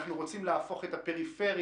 אנחנו רוצים להפוך את הפריפריה,